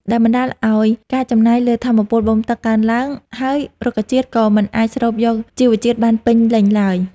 ដែលបណ្ដាលឱ្យការចំណាយលើថាមពលបូមទឹកកើនឡើង ហើយរុក្ខជាតិក៏មិនអាចស្រូបយកជីវជាតិបានពេញលេញឡើយ។